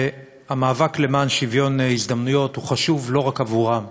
והמאבק למען שוויון הזדמנויות הוא חשוב לא רק עבורם,